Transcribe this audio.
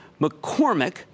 McCormick